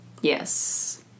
Yes